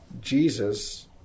Jesus